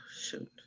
Shoot